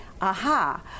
aha